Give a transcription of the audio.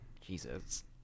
Jesus